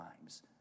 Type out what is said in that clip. times